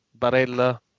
Barella